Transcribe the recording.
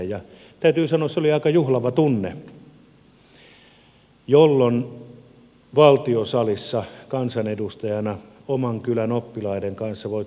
täytyy sanoa että se oli aika juhlava tunne jolloin valtiosalissa kansanedustajana oman kylän oppilaiden kanssa voit laulaa suvivirren